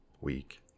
week